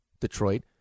Detroit